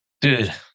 Dude